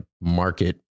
market